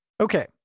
Okay